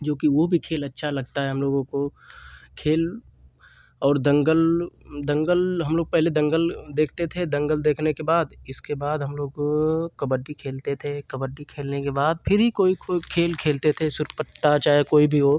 जो कि वह भी खेल अच्छा लगता है हमलोगों को खेल और दंगल दंगल हमलोग पहले दंगल देखते थे दंगल देखने के बाद इसके बाद हमलोग कबड्डी खेलते थे कबड्डी खेलने के बाद फिर ही कोई कोई खेल खेलते थे सुरपट्टा चाहे कोई भी हो